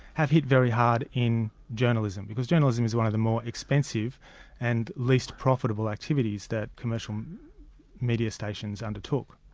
have hit very hard in journalism, because journalism is one of the more expensive and least profitable activities that commercial media stations undertook.